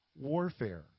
warfare